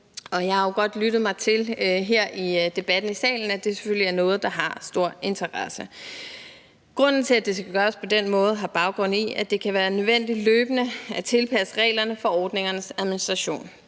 jeg har jo godt lyttet mig til her i debatten i salen, at det selvfølgelig er noget, der har stor interesse. Grunden til, at det skal gøres på den måde, har baggrund i, at det kan være nødvendigt løbende at tilpasse reglerne for ordningernes administration.